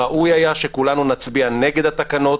ראוי היה שכולנו נצביע נגד התקנות,